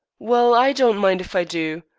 well, i don't mind if i do.